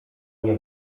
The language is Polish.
nie